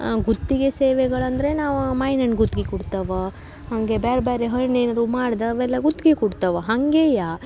ಗುತ್ತಿಗೆ ಸೇವೆಗಳು ಅಂದರೆ ನಾವು ಮಾವ್ನಣ್ ಗುತ್ಗೆ ಕೊಡ್ತವ ಹಾಗೆ ಬೇರೆ ಬೇರೆ ಹಣ್ಣು ಏನಾದರೋ ಮಾಡ್ದ ಅವೆಲ್ಲ ಗುತ್ಗೆ ಕೊಡ್ತವ ಹಂಗೆಯೇ